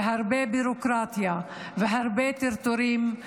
הרבה ביורוקרטיה והרבה טרטורים,